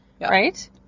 right